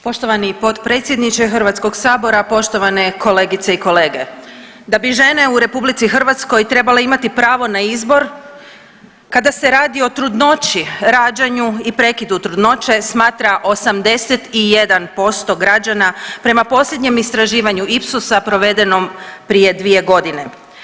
Poštovani potpredsjedniče Hrvatskog sabora, poštovane kolegice i kolege, da bi žene u RH trebale imati pravo na izbor kada se radi o trudnoći, rađanju i prekidu trudnoće smatra 81% građana prema posljednjem istraživanju Ipsosa provedenom prije 2 godine.